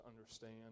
understand